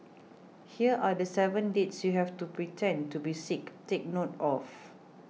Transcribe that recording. here are the seven dates you have to pretend to be sick take note of